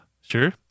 sure